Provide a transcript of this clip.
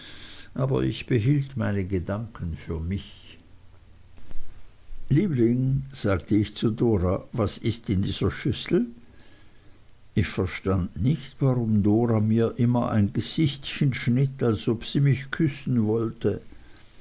aber ich behielt meine gedanken für mich liebling sagte ich zu dora was ist in dieser schüssel ich verstand nicht warum dora mir immer ein gesichtchen schnitt als ob sie mich küssen wollte